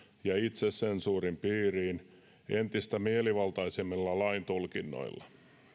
ja itsesensuurin piiriin entistä mielivaltaisemmilla laintulkinnoilla